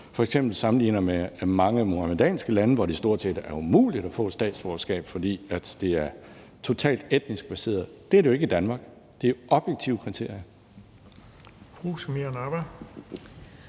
f.eks. sammenligner med mange muhammedanske lande, hvor det stort set er umuligt at få et statsborgerskab, fordi det er totalt etnisk baseret. Det er det ikke i Danmark, det er objektive kriterier.